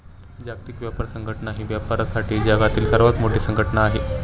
जागतिक व्यापार संघटना ही व्यापारासाठी जगातील सर्वात मोठी संघटना आहे